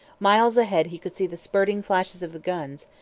miles ahead he could see the spurting flashes of the guns,